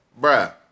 bruh